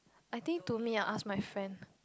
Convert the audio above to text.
I think to me I'll ask my friend